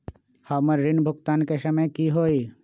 हमर ऋण भुगतान के समय कि होई?